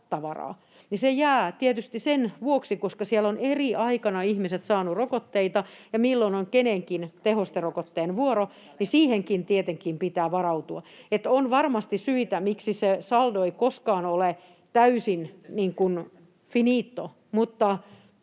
jää tietysti sen vuoksi, että siellä ovat eri aikoina ihmiset saaneet rokotteita — ja milloin on kenenkin tehosterokotteen vuoro. Siihenkin tietenkin pitää varautua, että on varmasti syitä, miksi se saldo ei koskaan ole täysin finito, mutta